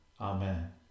Amen